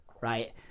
right